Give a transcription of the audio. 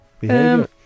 behavior